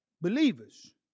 believers